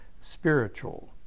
spiritual